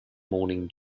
morning